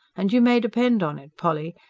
and you may depend on it, polly,